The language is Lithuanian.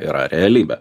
yra realybė